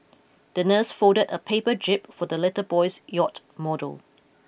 the nurse folded a paper jib for the little boy's yacht model